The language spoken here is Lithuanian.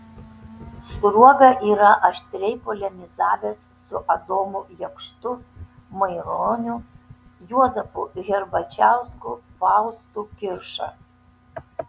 sruoga yra aštriai polemizavęs su adomu jakštu maironiu juozapu herbačiausku faustu kirša